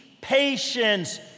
patience